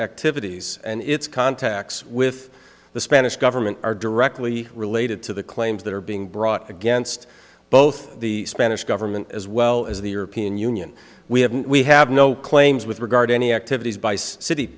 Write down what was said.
activities and its contacts with the spanish government are directly related to the claims that are being brought against both the spanish government as well as the european union we have we have no claims with regard to any activities by city